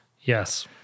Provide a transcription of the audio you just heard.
Yes